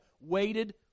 waited